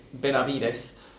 Benavides